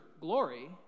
glory